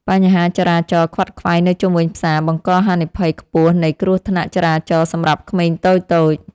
បញ្ហាចរាចរណ៍ខ្វាត់ខ្វែងនៅជុំវិញផ្សារបង្កហានិភ័យខ្ពស់នៃគ្រោះថ្នាក់ចរាចរណ៍សម្រាប់ក្មេងតូចៗ។